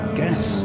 guess